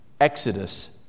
Exodus